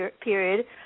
period